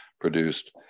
produced